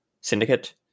Syndicate